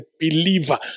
believer